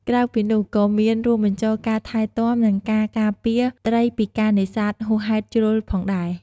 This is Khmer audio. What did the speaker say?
ក្រៅពីនោះក៏មានរួមបញ្ចូលការថែទាំ និងការការពារត្រីពីការនេសាទហួសហេតុជ្រុលផងដែរ។